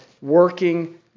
working